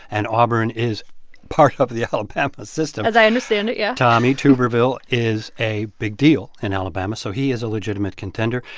and auburn is part of the alabama system as i understand it, yeah tommy tuberville is a big deal in alabama. so he is a legitimate contender.